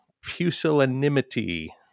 Pusillanimity